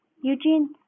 Eugene